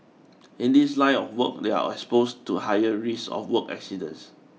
in this line of work they are exposed to higher risk of work accidents